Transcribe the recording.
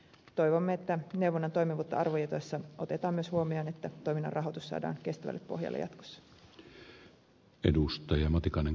toivomme että neuvonnan toimivuutta arvioitaessa otetaan myös huomioon että toiminnan rahoitus saadaan kestävälle pohjalle jatkossa